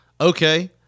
Okay